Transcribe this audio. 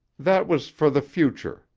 that was for the future,